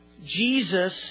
Jesus